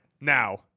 now